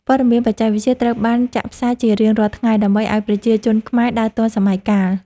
ព័ត៌មានបច្ចេកវិទ្យាត្រូវបានចាក់ផ្សាយជារៀងរាល់ថ្ងៃ ដើម្បីឱ្យប្រជាជនខ្មែរដើរទាន់សម័យកាល។